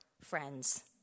friends